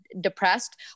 depressed